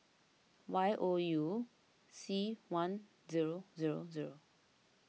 Y O U C one zero zero zero